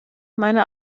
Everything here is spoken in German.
meine